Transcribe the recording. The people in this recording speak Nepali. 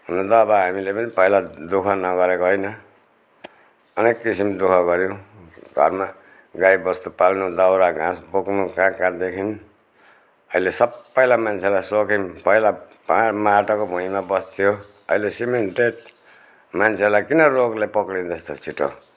हुनु त अब हामीले पनि पहिला दुःख नगरेको होइन अनेक किसिम दुःख गऱ्यौँ घरमा गाईबस्तु पाल्नु दाउरा घाँस बोक्नु कहाँ कहाँदेखि अहिले सबैलाई मान्छेलाई सोखिन पहिला पा माटोको भुइँमा बस्थ्यो अहिले सिमेन्टेट मान्छेलाई किन रोगले पक्रिँदैछ छिटो